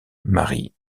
marie